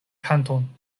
kanton